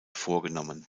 vorgenommen